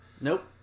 Nope